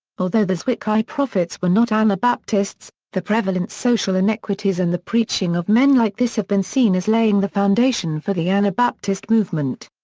although the zwickau prophets were not anabaptists, the prevalent social inequities and the preaching of men like this have been seen as laying the foundation for the anabaptist movement.